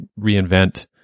reinvent